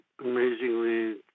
amazingly